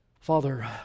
Father